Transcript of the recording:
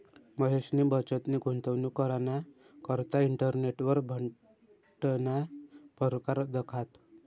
महेशनी बचतनी गुंतवणूक कराना करता इंटरनेटवर फंडना परकार दखात